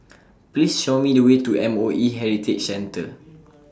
Please Show Me The Way to M O E Heritage Centre